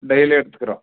daily எடுத்துக்கிறோம்